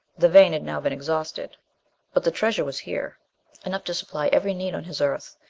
the vein had now been exhausted but the treasure was here enough to supply every need on his earth!